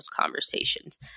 conversations